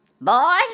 boy